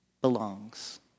belongs